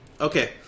okay